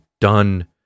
done